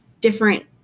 different